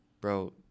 bro